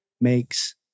makes